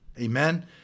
Amen